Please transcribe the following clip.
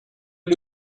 est